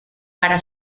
para